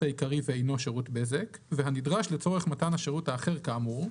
העיקרי ואינו שירות בזק והנדרש לצורך מתן השירות האחר כאמור.